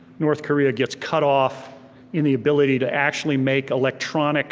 north korea gets cut off in the ability to actually make electronic